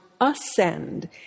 ascend